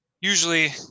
Usually